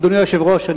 אדוני היושב-ראש,